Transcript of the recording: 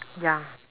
ya